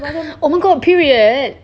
oh my god period